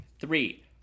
three